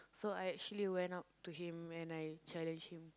so I actually went up to him and I challenged him